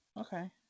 okay